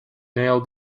nail